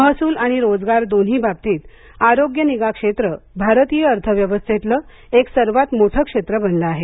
महसूल आणि रोजगार दोन्ही बाबतीत आरोग्यनिगा क्षेत्र भारतीय अर्थव्यवस्थेतलं एक सर्वात मोठं क्षेत्रं बनलं आहे